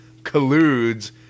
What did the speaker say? colludes